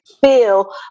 feel